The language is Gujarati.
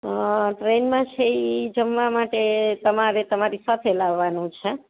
ટ્રેનમાં છે ઈ જમવા માટે તમારે તમારી સાથે લાવવાનું છે